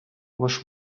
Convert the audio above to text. ваш